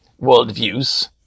worldviews